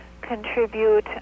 contribute